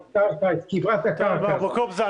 את כברת הקרקע --- מר בוקובזה,